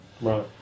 Right